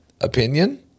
opinion